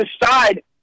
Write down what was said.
decide